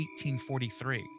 1843